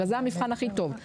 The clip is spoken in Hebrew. הרי זה המבחן הכי טוב,